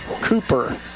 Cooper